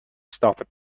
stopped